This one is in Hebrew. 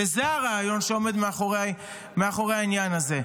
וזה הרעיון שעומד מאחורי העניין הזה.